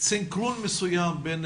סנכרון מסוים בין